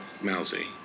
mousy